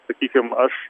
sakykim aš